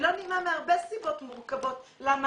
היא לא נעימה מהרבה סיבות מורכבות למה